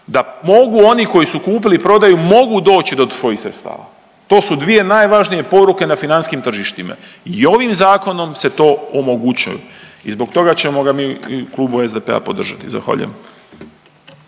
da mogu oni koji su kupili i prodaju mogu doći do svojih sredstava. To su dvije najvažnije poruke na financijskim tržištima i ovim zakonom se to omogućuje. I zbog toga ćemo ga mi i u Kluba SDP-a podržati. Zahvaljujem.